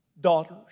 daughters